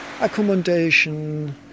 accommodation